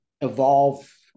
evolve